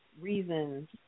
reasons